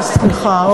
סליחה,